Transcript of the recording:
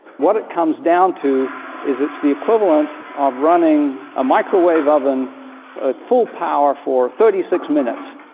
what it comes down to is it's the equivalent of running a microwave oven at full power for thirty six minutes.